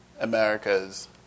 America's